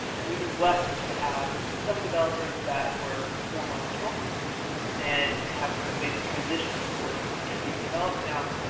and we've been blessed to have some developers that were former accountants and have kind of made the transition towards you know doing development now.